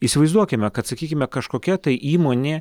įsivaizduokime kad sakykime kažkokia tai įmonė